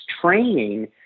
training